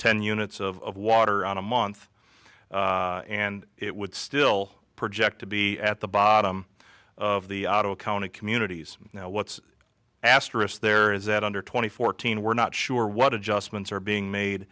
ten units of water on a month and it would still project to be at the bottom of the county communities now what's asterisk there is that under twenty fourteen we're not sure what adjustments are being made